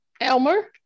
Elmer